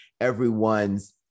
everyone's